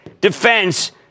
defense